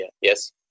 Yes